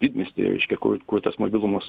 didmiestyje reiškia kur kur tas mobilumas